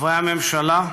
חברי הממשלה,